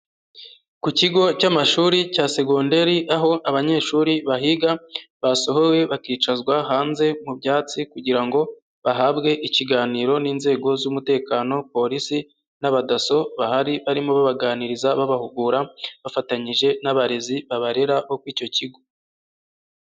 Ku kigo cy'amashuri cya segonderi, aho abanyeshuri bahiga basohowe bakicazwa hanze mu byatsi kugira ngo bahabwe ikiganiro n'inzego z'umutekano polisi n'abadaso bahari barimo babaganiriza babahugura bafatanyije n'abarezi babarera bo ku icyo kigo.